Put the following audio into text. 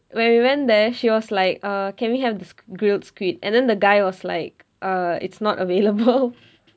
when we went there she was like err can we have the grilled squid and then the guy was like err it's not available